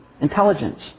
intelligence